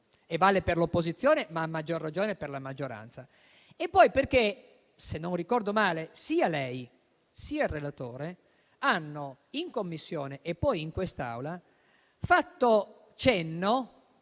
- vale per l'opposizione, ma a maggior ragione per la maggioranza - e poi perché, se non ricordo male, sia lei che il relatore, in Commissione e in Aula, avete fatto cenno